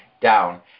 down